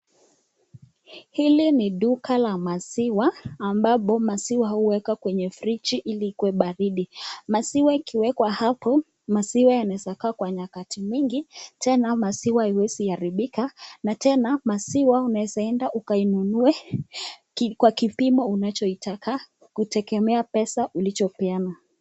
Hili ni duka la maziwa ambapo maziwa huwekwa kwenye friji Ili ikuwe baridi, maziwa ikiwekwa hapo, maziwa inaweza kaa kwa nyakati mingi Tena maziwa haiwezi haribika na Tena maziwa unaweza ukainunue kwa kipimo unaoitaka kutegemea pesa ulichopeana.